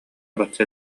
бачча